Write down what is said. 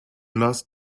lost